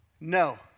No